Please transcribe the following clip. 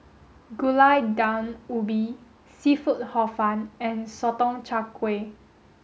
Gulai Daun Ubi Seafood Hor Fun and Sotong Char Kway